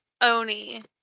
Oni